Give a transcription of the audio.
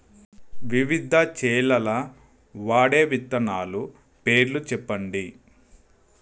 వివిధ చేలల్ల వాడే విత్తనాల పేర్లు చెప్పండి?